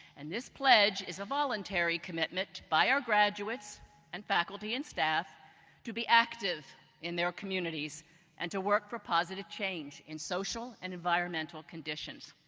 and this pledge is a voluntary commitment by our graduates and faculty and staff to be active in their communities and to work for positive change in social and environmental conditions.